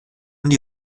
und